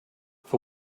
for